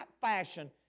fashion